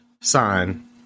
sign